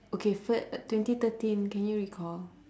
okay fir~ twenty thirteen can you recall